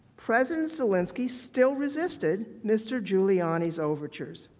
president zelensky still resisted mr. giuliani's overtures.